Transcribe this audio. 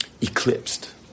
eclipsed